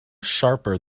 sharper